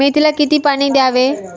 मेथीला किती पाणी द्यावे?